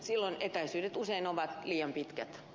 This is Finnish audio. silloin etäisyydet usein ovat liian pitkät